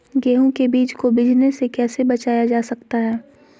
गेंहू के बीज को बिझने से कैसे बचाया जा सकता है?